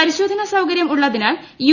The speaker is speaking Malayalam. പരിശോധനാ സൌകരൃം ഉള്ളതിനാൽ യു